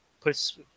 puts